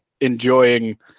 enjoying